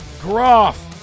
Groff